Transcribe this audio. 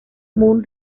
moon